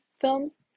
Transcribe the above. films